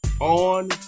on